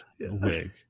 wig